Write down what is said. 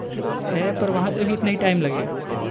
है पर वहाँ से भी इतना ही टाइम लगेगा